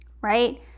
right